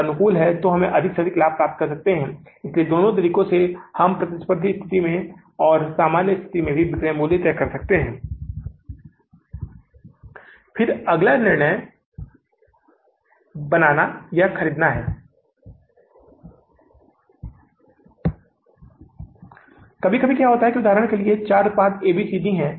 तो इस मामले में शर्त यह है कि जब आप बैंक को मूल धन वापस करते हैं तो आपको इसे दो भागों में विभाजित करना होगा जितना भी अधिशेष उपलब्ध हो 216000 आप मूल धन के रूप में भुगतान नहीं कर सकते आपको दो भागों में द्विभाजन करना होगा और आपको इस तरह के मामले में द्विभाजित करना होगा कि 10 रुपए या डॉलर के गुणांक में ब्याज और 1000 डॉलर के गुणांक में मूल को वापस भुगतान किया जा सकता है और यदि कोई राशि बच जाती है उसे समापन शेष में जोड़ा जाएगा